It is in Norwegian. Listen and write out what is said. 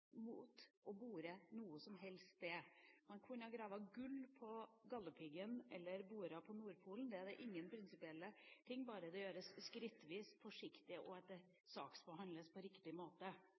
som helst sted. Man kunne ha gravd etter gull på Galdhøpiggen eller boret på Nordpolen – det er ingen prinsipper, bare det gjøres skrittvis og forsiktig og saksbehandles på riktig måte.